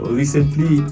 recently